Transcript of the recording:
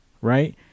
Right